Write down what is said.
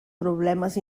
problemes